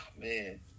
man